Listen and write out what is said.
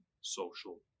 social